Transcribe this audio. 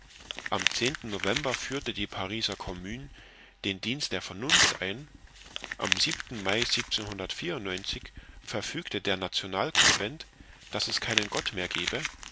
am november führte die pariser commune den dienst der vernunft ein am mai verfügte der nationalconvent daß es keinen gott mehr gebe